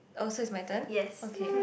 oh is my turn okay